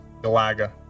Galaga